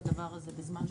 בבקשה.